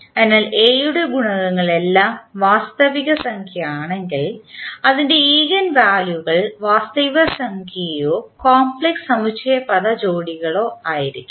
അതിനാൽ എ യുടെ ഗുണകങ്ങൾ എല്ലാം വാസ്തവികസംഖ്യ ആണെങ്കിൽ അതിൻറെ ഈഗൻ വാല്യുകൾ വാസ്തവികസംഖ്യയോ കോംപ്ലക്സ് സമുച്ചയപദ ജോഡികളോ ആയിരിക്കും